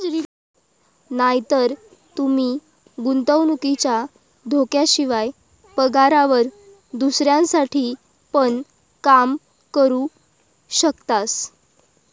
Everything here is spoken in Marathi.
नायतर तूमी गुंतवणुकीच्या धोक्याशिवाय, पगारावर दुसऱ्यांसाठी पण काम करू शकतास